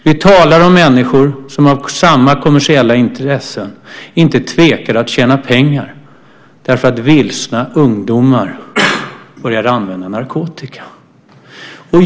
Vi talar om människor som av samma kommersiella intressen inte tvekar att tjäna pengar därför att vilsna ungdomar börjat använda narkotika.